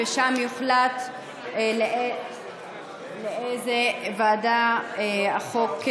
ושם יוחלט לאיזו ועדה החוק יועבר.